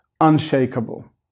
unshakable